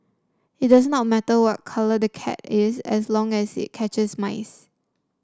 it does not matter what colour the cat is as long as it catches mice